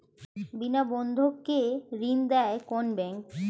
বিনা বন্ধক কে ঋণ দেয় কোন ব্যাংক?